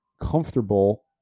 comfortable